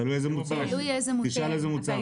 תלוי איזה מוצר.